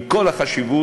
עם כל החשיבות